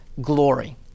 glory